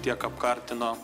tiek apkartino